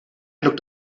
looked